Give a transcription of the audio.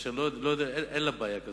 אין בעיה,